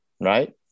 right